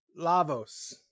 Lavos